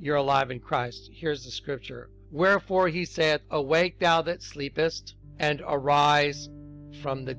you're alive in christ here's a scripture where for he said awake thou that sleep best and arise from the